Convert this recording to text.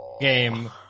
game